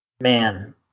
Man